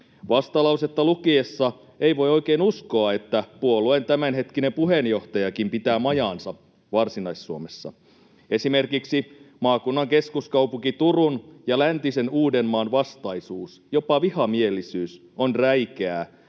Vastalausetta lukiessa ei voi oikein uskoa, että puolueen tämänhetkinen puheenjohtajakin pitää majaansa Varsinais-Suomessa. Esimerkiksi maakunnan keskuskaupunki Turun ja läntisen Uudenmaan vastaisuus, jopa vihamielisyys, on räikeää,